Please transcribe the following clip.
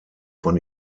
von